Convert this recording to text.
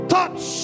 Touch